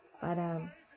para